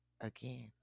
again